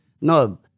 no